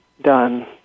done